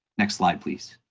next slide please.